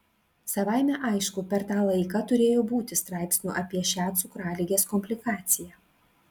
savaime aišku per tą laiką turėjo būti straipsnių apie šią cukraligės komplikaciją